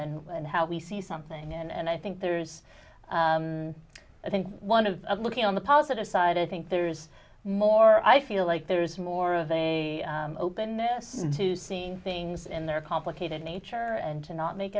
on and how we see something and i think there's i think one of us looking on the positive side i think there's more i feel like there's more of a openness to seeing things in their complicated nature and to not make